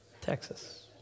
Texas